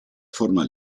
forma